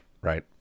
right